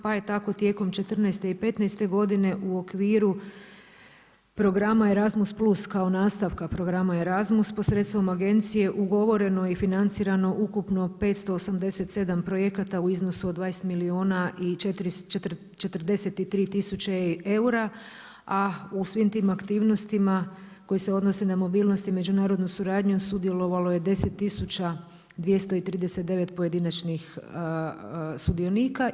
Pa je tako tijekom 2014. i 2015. godine u okviru programa Erasmus+ kao nastavka programa Erasmus posredstvom agencije ugovoreno i financirano ukupno 587 projekata u iznosu od 20 milijuna i 43 tisuće eura a u svim tim aktivnostima koje se odnose na mobilnost i međunarodnu suradnju sudjelovalo je 10 tisuća 239 pojedinačnih sudionika.